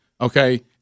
Okay